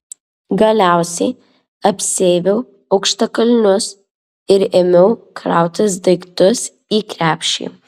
galiausiai apsiaviau aukštakulnius ir ėmiau krautis daiktus į krepšį